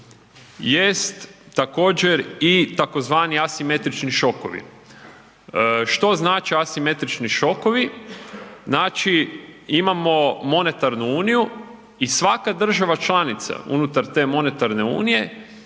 jest također i tzv. asimetrični šokovi. Što znače asimetrični šokovi? Znači, imamo monetarnu uniju i svaka država članica unutar te monetarne unije